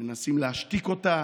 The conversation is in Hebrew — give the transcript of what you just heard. מנסים להשתיק אותה,